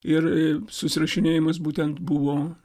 ir susirašinėjimas būtent buvo